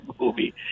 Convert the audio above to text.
movie